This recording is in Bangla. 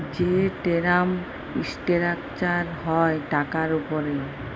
যে টেরাম ইসটেরাকচার হ্যয় টাকার উপরে